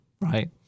right